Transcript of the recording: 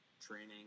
training